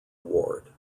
award